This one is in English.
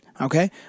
okay